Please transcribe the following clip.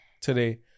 today